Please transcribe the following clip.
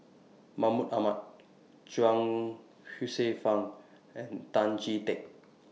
Mahmud Ahmad Chuang Hsueh Fang and Tan Chee Teck